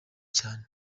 cyane